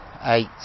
eight